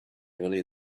earlier